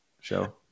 show